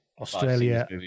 Australia